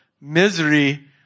misery